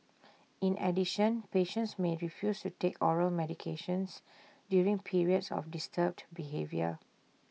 in addition patients may refuse to take oral medications during periods of disturbed behaviour